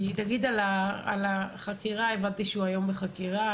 הבנתי שהרב היום בחקירה,